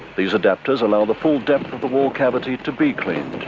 these adapters allow the full depth of the wall cavity to be cleaned.